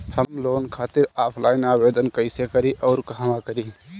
हम लोन खातिर ऑफलाइन आवेदन कइसे करि अउर कहवा करी?